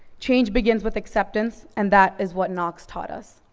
change begins with acceptance and that is what knox taught us.